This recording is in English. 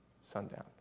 sundown